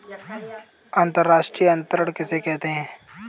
अंतर्राष्ट्रीय अंतरण किसे कहते हैं?